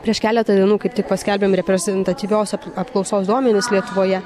prieš keletą dienų kaip tik paskelbėm reprezentatyvios apklausos duomenis lietuvoje